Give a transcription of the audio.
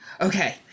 Okay